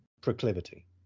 proclivity